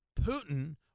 Putin